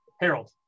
Harold